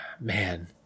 man